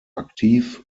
aktiv